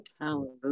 Hallelujah